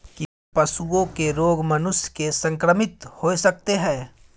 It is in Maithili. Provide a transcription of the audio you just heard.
की पशुओं के रोग मनुष्य के संक्रमित होय सकते है?